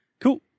Cool